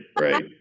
Right